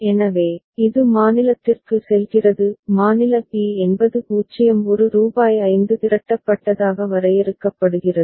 எனவே இது மாநிலத்திற்கு செல்கிறது மாநில b என்பது 0 1 ரூபாய் 5 திரட்டப்பட்டதாக வரையறுக்கப்படுகிறது